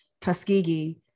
Tuskegee